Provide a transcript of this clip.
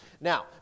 Now